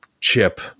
chip